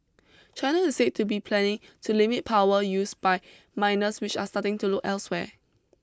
China is said to be planning to limit power use by miners which are starting to look elsewhere